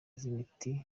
ry’imiti